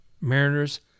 Mariners